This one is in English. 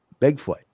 Bigfoot